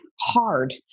hard